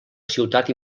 ciutat